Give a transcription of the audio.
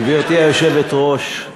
גברתי היושבת-ראש,